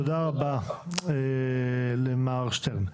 תודה רבה למר שטרן.